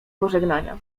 pożegnania